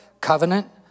covenant